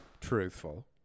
truthful